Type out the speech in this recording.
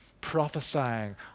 prophesying